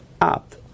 up